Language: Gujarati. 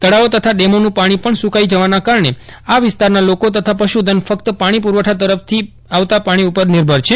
તળાવો તથા ડેમોનું પાણી પણ સુકાઈ જવાના કારણે આ વિસ્તારના લોકો તથા પશુધન ફક્ત પાણી પુરવઠા તરફથી આવતા પાણી ઉપર નિર્ભર છે